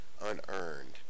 unearned